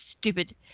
stupid